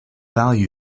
value